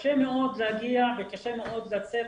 קשה מאוד להגיע וקשה מאוד לצאת,